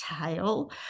tail